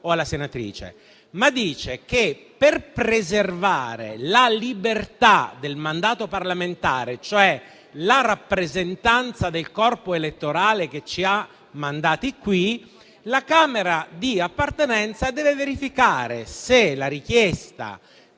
o alla senatrice, ma che per preservare la libertà del mandato parlamentare, cioè la rappresentanza del corpo elettorale che ci ha mandato qui, la Camera di appartenenza deve verificare se la richiesta